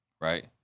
right